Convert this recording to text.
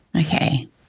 okay